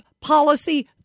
policy